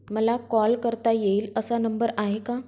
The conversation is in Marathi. मला कॉल करता येईल असा नंबर आहे का?